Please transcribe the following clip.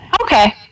Okay